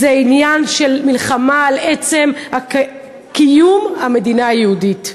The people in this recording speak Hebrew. זה עניין של מלחמה על עצם קיום המדינה היהודית.